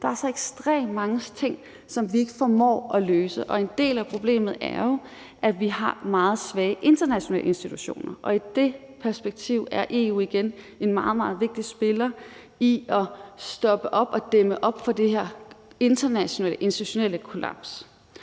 Der er så ekstremt mange ting, som vi ikke formår at løse. Og en del af problemet er jo, at vi har nogle meget svage internationale institutioner, og i det perspektiv er EU igen en meget, meget vigtig spiller i at stoppe op og dæmme op for det her internationale institutionelle kollaps.